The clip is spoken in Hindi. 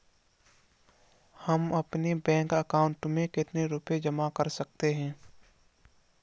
हम अपने बैंक अकाउंट में कितने रुपये जमा कर सकते हैं?